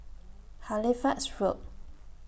Halifax Road